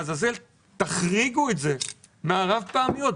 תחריגו את זה מהרב פעמיות.